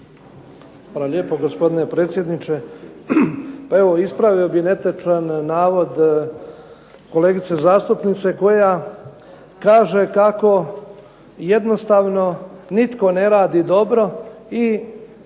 Hvala lijepo gospodine predsjedniče. Pa evo, ispravio bih netočan navod kolegice zastupnice koja kaže kako jednostavno nitko ne radi dobro i